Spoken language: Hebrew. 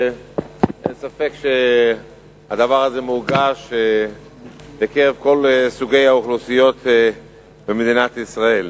אין ספק שהדבר הזה מורגש בקרב כל סוגי האוכלוסיות במדינת ישראל.